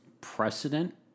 precedent